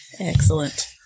Excellent